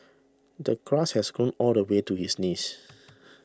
the grass has grown all the way to his knees